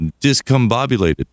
discombobulated